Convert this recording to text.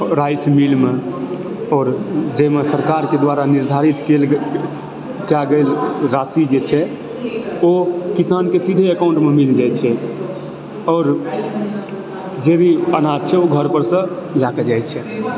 rice मिलमे आओर जाहिमे सरकारके द्वारा निर्धारित कएल गेल कए गेल राशि जे छै ओ किसानके सीधे एकाउंटमे मील जाइ छै आओर जेभी अनाज छै ओ घर परसँ लए कऽ जाइ छै